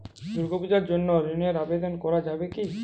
দুর্গাপূজার জন্য ঋণের আবেদন করা যাবে কি?